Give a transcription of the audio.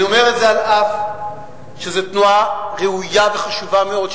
אני אומר את זה על אף שזו תנועה ראויה וחשובה מאוד,